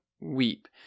weep